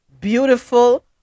beautiful